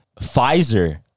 Pfizer